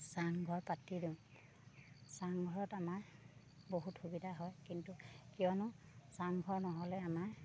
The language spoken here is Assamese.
চাংঘৰ পাতি দিওঁ চাংঘৰত আমাৰ বহুত সুবিধা হয় কিন্তু কিয়নো চাংঘৰ নহ'লে আমাৰ